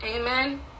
amen